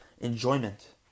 enjoyment